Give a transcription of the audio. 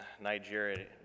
Nigeria